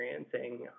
experiencing